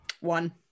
One